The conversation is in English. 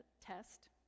test